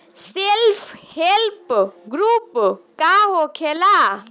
Self help group का होखेला?